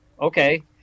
okay